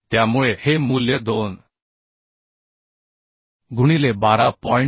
त्यामुळे हे मूल्य 2 गुणिले 12 होईल